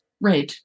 Red